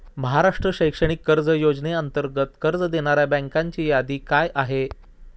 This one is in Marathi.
महाराष्ट्र शैक्षणिक कर्ज योजनेअंतर्गत कर्ज देणाऱ्या बँकांची यादी काय आहे?